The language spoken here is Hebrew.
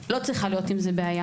לא צריכה להיות עם זה בעיה.